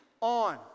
on